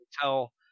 tell